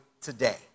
today